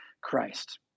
Christ